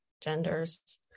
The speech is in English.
genders